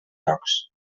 llocs